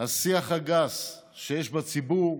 השיח הגס שיש בציבור.